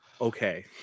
Okay